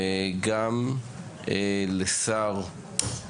ודיברנו לגבי